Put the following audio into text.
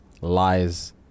lies